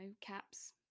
caps